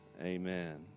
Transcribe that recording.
amen